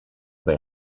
they